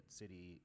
city